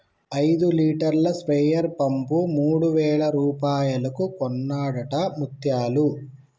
ఐదు లీటర్ల sprayer pump మూడు వేల రూపాయలకు కొన్నడట ముత్యాలు